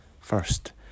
First